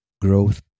growth